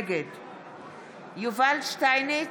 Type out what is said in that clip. נגד יובל שטייניץ,